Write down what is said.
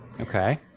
Okay